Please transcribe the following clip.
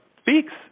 speaks